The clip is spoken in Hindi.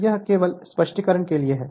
तो यह केवल स्पष्टीकरण के लिए है